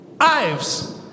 Ives